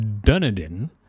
Dunedin